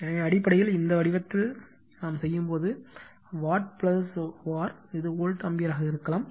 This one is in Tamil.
எனவே அடிப்படையில் இந்த வடிவத்தில் செய்யும் போது வாட் வர் இது வோல்ட் ஆம்பியராக இருக்கலாம்